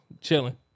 chilling